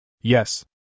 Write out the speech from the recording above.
Yes